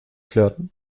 flirten